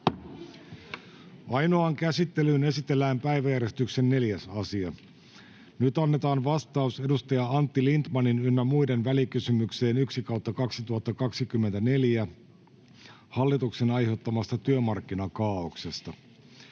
Ainoaan käsittelyyn esitellään päiväjärjestyksen 4. asia. Nyt annetaan vastaus Antti Lindtmanin ynnä muiden välikysymykseen VK 1/2024 vp hallituksen aiheuttamasta työmarkkinakaaoksesta.